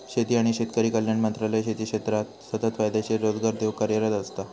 शेती आणि शेतकरी कल्याण मंत्रालय शेती क्षेत्राक सतत फायदेशीर रोजगार देऊक कार्यरत असता